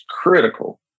critical